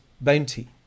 bounty